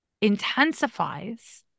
intensifies